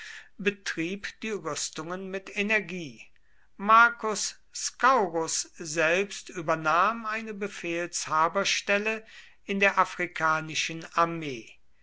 betrieb die rüstungen mit energie marcus scaurus selbst übernahm eine befehlshaberstelle in der afrikanischen armee